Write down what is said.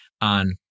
on